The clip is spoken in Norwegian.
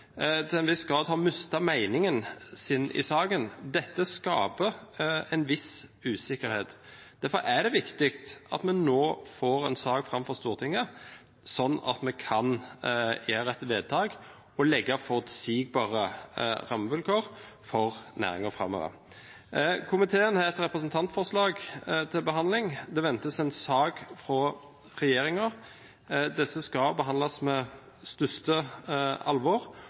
til en viss grad har mistet meningen sin i saken. Dette skaper en viss usikkerhet. Derfor er det viktig at vi nå får en sak fram for Stortinget, sånn at vi kan gjøre et vedtak og legge forutsigbare rammevilkår for næringen framover. Komiteen har et representantforslag til behandling, og det ventes en sak fra regjeringen. Disse skal behandles med største alvor,